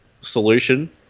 solution